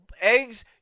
eggs